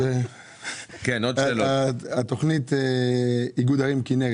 תוכנית איגוד ערים כינרת,